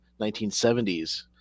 1970s